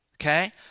okay